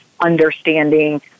understanding